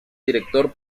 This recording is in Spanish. director